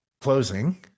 closing